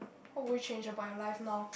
what would you change about your life now